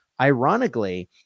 Ironically